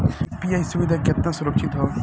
UPI सुविधा केतना सुरक्षित ह?